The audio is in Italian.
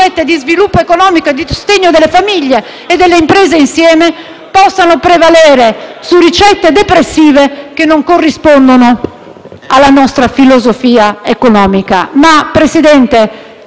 possano prevalere su ricette depressive, che non corrispondono alla nostra filosofia economica. Signor Presidente, avete capito che il nostro voto sarà assolutamente contrario